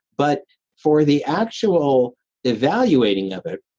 but for the actual evaluating of it,